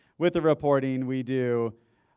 with the reporting we do,